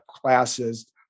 classes